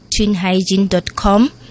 TwinHygiene.com